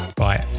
right